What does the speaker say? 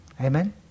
amen